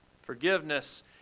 Forgiveness